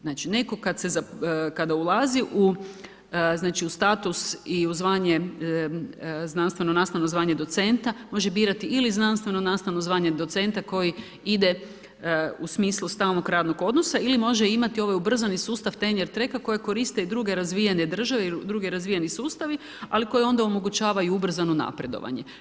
Znači, netko kada ulazi u status i u zvanje znanstveno-nastavno zvanje docenta može birati ili znanstveno-nastavno zvanje docenta koji ide u smislu stalnog radnog odnosa ili može imati ovaj ubrzani sustav ... koji koriste i druge razvijene države, drugi razvijeni sustavi, ali koji onda omogućavaju ubrzano napredovanje.